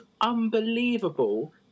unbelievable